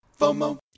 FOMO